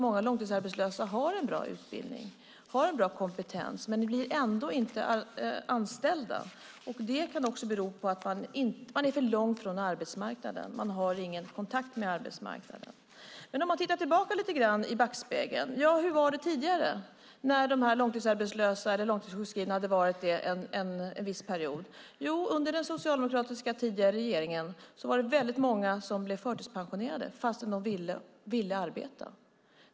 Många långtidsarbetslösa har bra utbildning och kompetens, men blir ändå inte anställda. Det kan bero på att man är för långt från arbetsmarknaden; man har ingen kontakt med arbetsmarknaden. Vi kan titta tillbaka och se hur det var tidigare när de långtidsarbetslösa eller långtidssjukskrivna hade varit det en viss period. Under den tidigare socialdemokratiska regeringen blev många förtidspensionerade trots att de ville arbeta.